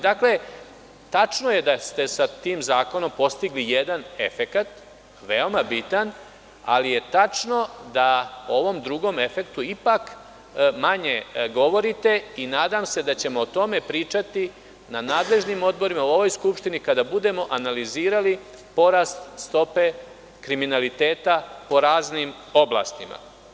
Dakle, tačno je da ste sa tim zakonom postigli jedan efekat veoma bitan, ali je tačno da o ovom drugom efektu ipak manje govorite i nadam se da ćemo o tome pričati na nadležnim odborima i u ovoj Skupštini kada budemo analizirali porast stope kriminaliteta po raznim oblastima.